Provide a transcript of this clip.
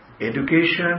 Education